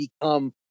become